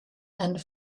and